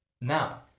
Now